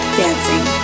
dancing